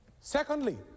secondly